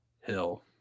Hill